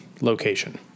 location